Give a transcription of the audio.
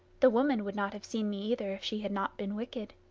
the woman would not have seen me either if she had not been wicked.